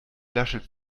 lasche